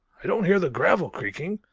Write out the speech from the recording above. i don't hear the gravel creaking.